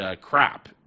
CRAP